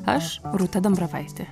aš rūta dambravaitė